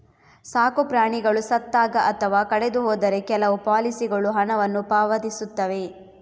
ಸಾಕು ಪ್ರಾಣಿಗಳು ಸತ್ತಾಗ ಅಥವಾ ಕಳೆದು ಹೋದರೆ ಕೆಲವು ಪಾಲಿಸಿಗಳು ಹಣವನ್ನು ಪಾವತಿಸುತ್ತವೆ